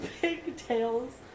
pigtails